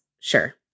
Sure